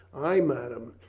ay, madame.